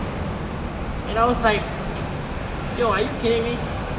and I was like yo are you kidding me